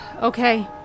Okay